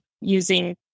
using